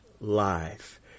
life